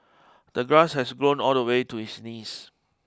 the grass had grown all the way to his knees